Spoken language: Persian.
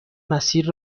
مسیر